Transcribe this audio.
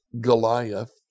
Goliath